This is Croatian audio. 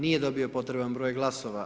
Nije dobio potreban broj glasova.